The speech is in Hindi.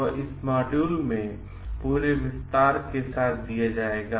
वह इस मॉड्यूल में पूरे विस्तार के साथ दिया जाएगा